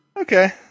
Okay